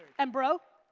and bro?